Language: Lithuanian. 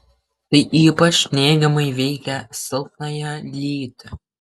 tai ypač neigiamai veikia silpnąją lytį